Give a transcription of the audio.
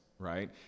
right